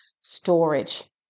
storage